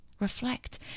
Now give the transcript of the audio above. Reflect